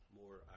more